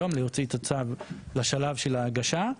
להוציא את הצו לשלב של ההגשה,